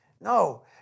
no